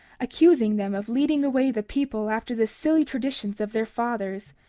accusing them of leading away the people after the silly traditions of their fathers,